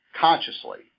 consciously